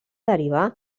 derivar